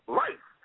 life